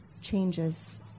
changes